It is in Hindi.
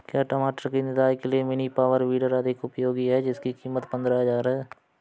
क्या टमाटर की निदाई के लिए मिनी पावर वीडर अधिक उपयोगी है जिसकी कीमत पंद्रह हजार है?